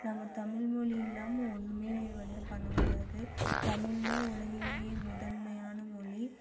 நம்ம மொழி இல்லாமல் ஒன்றுமே வந்து பண்ண முடியாது தமிழ் தான் உலகிலேயே முதன்மையான மொழி